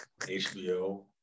hbo